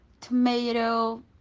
tomato